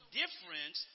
difference